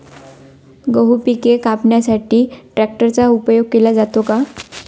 गहू पिके कापण्यासाठी ट्रॅक्टरचा उपयोग केला जातो का?